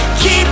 keep